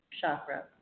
chakra